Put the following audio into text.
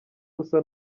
busa